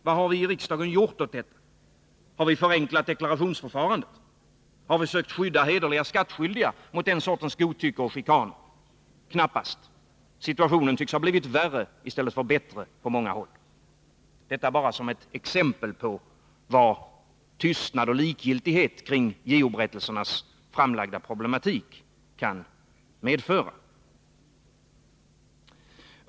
Vad har vi i riksdagen gjort åt detta? Har vi förenklat deklarationsförfarandet? Har vi sökt skydda hederliga skattskyldiga mot den sortens godtycke och chikaner? Knappast. Situationen tycks ha blivit värre i stället för bättre på många håll. — Detta bara som ett exempel på vad tystnad och likgiltighet kring de i JO-berättelserna framlagda problemen kan medföra.